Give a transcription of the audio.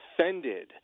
offended